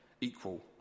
equal